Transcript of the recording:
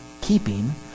keeping